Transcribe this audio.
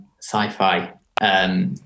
sci-fi